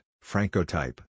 Franco-type